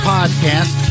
Podcast